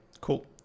cool